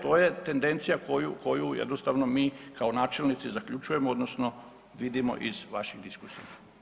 To je tendencija koju jednostavno mi kao načelnici zaključujemo odnosno vidimo iz vaših diskusija.